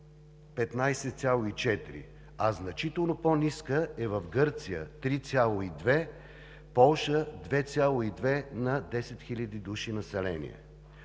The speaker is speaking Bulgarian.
15,4, а значително по-ниска е в Гърция – 3,2; Полша – 2,2 на 10 хиляди души население.